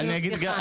אני מבטיחה.